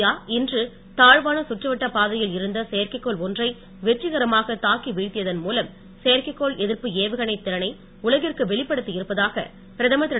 India இன்று தாழ்வான சுற்றுவட்டப் பாதையில் இருந்த செயற்கைகோள் ஒன்றை வெற்றிகரமாக தாக்கி வீழ்த்தியதன் மூலம் செயற்கைகோள் எதிர்ப்பு ஏவுகணைத் திறனை உலகிற்கு வெளிப்படுத்தி இருப்பதாக பிரதமர் திரு